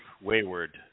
wayward